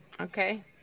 Okay